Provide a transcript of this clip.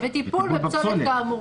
זה טיפול בפסולת.